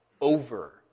over